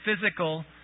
physical